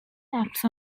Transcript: acts